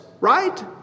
right